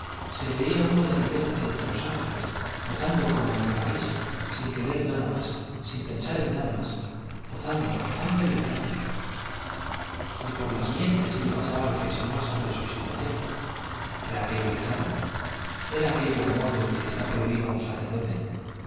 se veía uno de repente entre los ángeles gozando como en el paraíso sin querer nada más sin pensar en nada más gozando gozando y gozando ni por las mientes se le pasaba reflexionar sobre su situación era aquello pecado era aquello amor del que está prohibido a un sacerdote